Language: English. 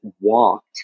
walked